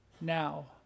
now